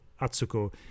Atsuko